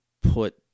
put